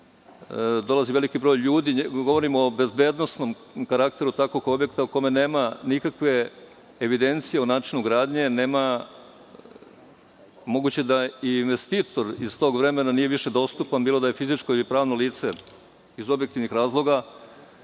dolazi veliki broj ljudi, govorim o bezbednosnom karakteru takvog objekta o kome nema nikakve evidencije o načinu gradnje, moguće je da i investitor iz tog vremena nije više dostupan, bilo da je fizičko ili pravno lice, iz objektivnih razloga,